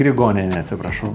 grigonienė atsiprašau